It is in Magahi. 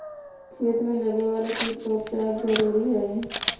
खेत में लगे वाला कीट का उपचार जरूरी हई